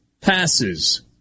passes